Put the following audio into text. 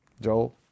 Joel